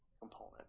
component